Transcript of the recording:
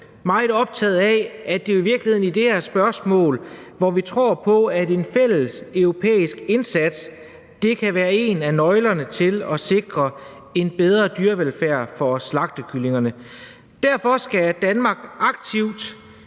meget optaget af, at det i virkeligheden er i det her spørgsmål, at vi tror på, at en fælles europæisk indsats kan være en af nøglerne til at sikre en bedre dyrevelfærd for slagtekyllingerne. Derfor skal Danmark aktivt